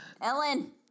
Ellen